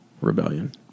Rebellion